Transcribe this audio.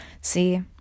see